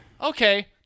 okay